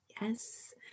Yes